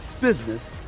business